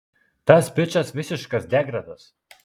tas bičas visiškas degradas